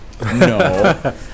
No